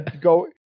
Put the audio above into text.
Go